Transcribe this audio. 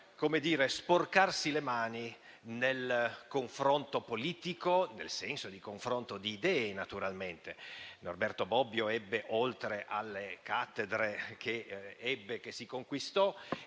senza sporcarsi le mani nel confronto politico, nel senso di confronto di idee, naturalmente. Norberto Bobbio, oltre alle cattedre che si conquistò,